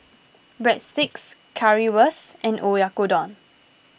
Breadsticks Currywurst and Oyakodon